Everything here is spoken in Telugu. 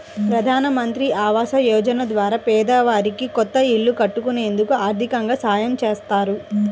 ప్రధానమంత్రి ఆవాస యోజన ద్వారా పేదవారికి కొత్త ఇల్లు కట్టుకునేందుకు ఆర్దికంగా సాయం చేత్తారు